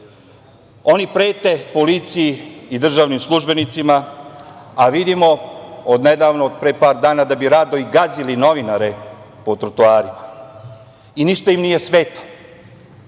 oca. Oni prete policiji i držanim službenicima, a vidimo od nedavno, od pre par dana, da bi rado i gazili i novinare po trotoarima i ništa im nije sveto.